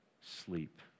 sleep